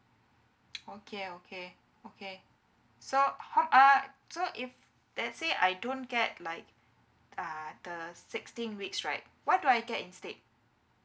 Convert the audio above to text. okay okay okay so how uh so if let's say I don't get like uh the sixteen weeks right what do I get instead